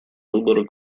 выбора